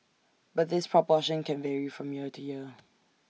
but this proportion can vary from year to year